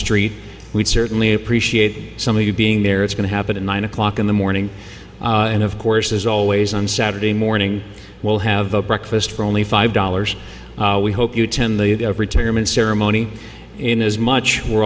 street we'd certainly appreciate some of you being there it's going to happen at nine o'clock in the morning and of course as always on saturday morning we'll have breakfast for only five dollars we hope you attend the retirement ceremony in as much we're